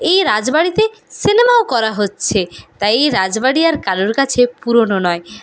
এই রাজবাড়িতে সিনেমাও করা হচ্ছে তাই এই রাজবাড়ি আর কারোর কাছে পুরোনো নয়